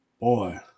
boy